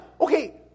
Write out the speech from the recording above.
Okay